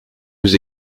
aux